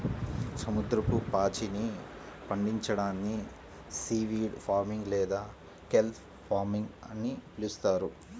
సముద్రపు పాచిని పండించడాన్ని సీవీడ్ ఫార్మింగ్ లేదా కెల్ప్ ఫార్మింగ్ అని పిలుస్తారు